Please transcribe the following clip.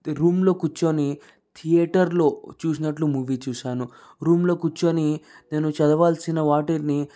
రూంలో కూర్చొని థియేటర్లో చూసినట్లు మూవీ చూశాను రూమ్లో కూర్చొని నేను చదవాల్సిన వాటిని